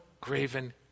graven